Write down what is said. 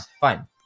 fine